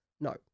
no